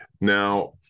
Now